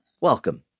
welcome